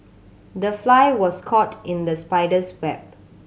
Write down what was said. the fly was caught in the spider's web